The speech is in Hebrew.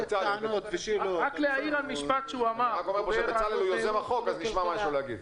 בצלאל הוא יוזם החוק, אז נשמע מה יש לו להגיד.